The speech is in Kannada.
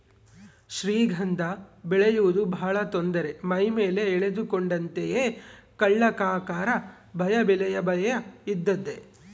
ಶ್ರೀಗಂಧ ಬೆಳೆಯುವುದು ಬಹಳ ತೊಂದರೆ ಮೈಮೇಲೆ ಎಳೆದುಕೊಂಡಂತೆಯೇ ಕಳ್ಳಕಾಕರ ಭಯ ಬೆಲೆಯ ಭಯ ಇದ್ದದ್ದೇ